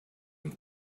and